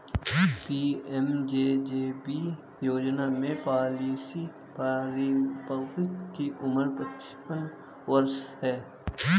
PMJJB योजना में policy परिपक्वता की उम्र पचपन वर्ष है